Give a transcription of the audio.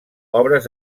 obres